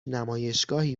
نمایشگاهی